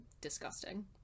Disgusting